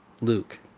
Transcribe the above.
Luke